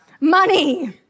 money